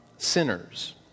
Sinners